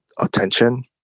attention